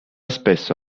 spesso